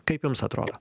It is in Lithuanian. kaip jums atrodo